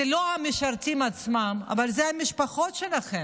זה לא המשרתים עצמם אבל זה המשפחות שלהם,